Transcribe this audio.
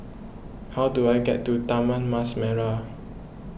how do I get to Taman Mas Merah